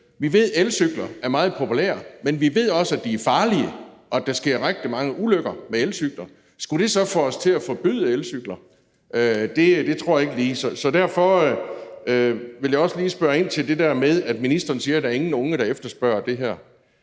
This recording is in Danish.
vi, at elcykler er meget populære, men vi ved også, at de er farlige, og at der sker rigtig mange ulykker med elcykler, og skulle det så få os til at forbyde elcykler? Det tror jeg ikke lige. Derfor vil jeg også lige spørge ind til det der med, at ministeren siger, at der ikke er nogen unge, der efterspørger det her.